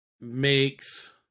makes